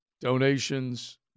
donations